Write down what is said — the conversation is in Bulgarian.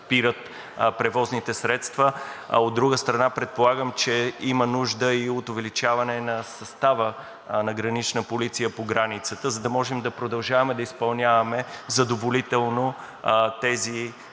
спират превозните средства. От друга страна, предполагам, че има нужда и от увеличаване на състава на „Гранична полиция“ по границата, за да можем да продължаваме да изпълняваме задоволително тези